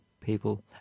people